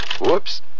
Whoops